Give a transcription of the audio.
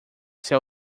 ser